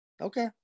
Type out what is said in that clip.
Okay